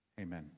amen